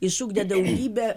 išugdė daugybę